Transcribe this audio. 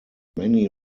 many